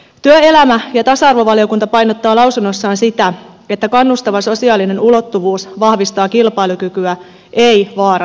työelämä ja tasa arvovaliokunta painottaa lausunnossaan sitä että kannustava sosiaalinen ulottuvuus vahvistaa kilpailukykyä ei vaaranna sitä